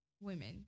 women